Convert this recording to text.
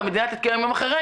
והמדינה תתקיים יום אחרי,